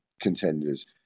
contenders